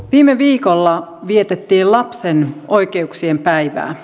viime viikolla vietettiin lapsen oikeuksien päivää